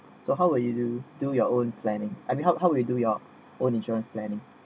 so how will you do do your own planning I mean how how would you do your own insurance planning